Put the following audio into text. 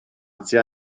tua